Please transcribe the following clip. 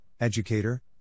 educator